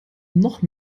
noch